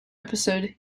episode